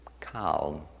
calm